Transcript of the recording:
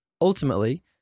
Ultimately